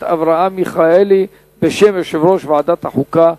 אברהם מיכאלי בשם יושב-ראש ועדת החוקה,